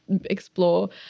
Explore